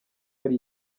hari